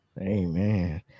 Amen